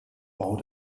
bau